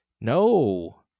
no